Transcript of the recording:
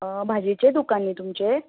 भाजयेचें दुकान न्ही तुमचें